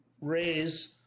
raise